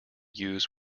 used